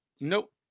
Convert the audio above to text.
nope